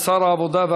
לשר העבודה,